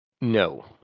No